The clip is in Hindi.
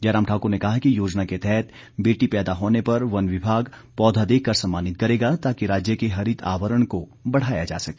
जयराम ठाक्र ने कहा कि योजना के तहत बेटी पैदा होने पर वन विभाग पौधा देकर सम्मानित करेगा ताकि राज्य के हरित आवरण को बढ़ाया जा सके